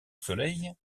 soleil